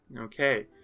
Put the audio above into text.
Okay